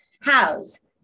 House